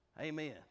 Amen